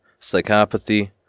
Psychopathy